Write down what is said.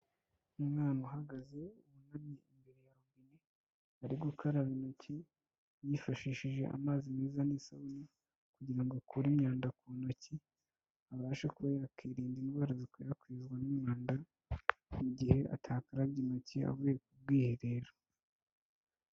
Umwana uhagaze ubona uri imbere ya robine, ari gukaraba intoki yifashishije amazi meza n'isabune kugira akure imyanda ku ntoki, abashe kuba yakirinda indwara zikwirakwizwa n'umwanda mu gihe atakarabye intoki avuye ku bwiherero.